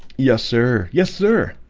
yes, sir. yes, sir